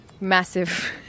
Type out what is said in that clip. massive